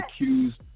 accused